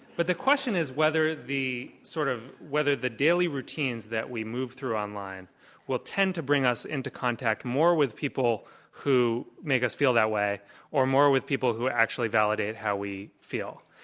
but the question is whether the sort of whether the daily routines that we move through online will tend to bring us into contact more with people who make us feel that way or more with people who actually validate who we feel.